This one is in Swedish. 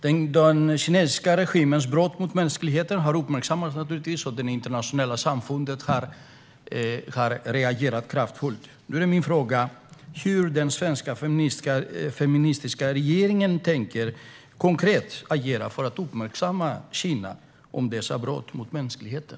Den kinesiska regimens brott mot mänskligheten har givetvis uppmärksammats, och det internationella samfundet har reagerat kraftfullt. Hur tänker den svenska feministiska regeringen agera konkret för att uppmärksamma Kina på dessa brott mot mänskligheten?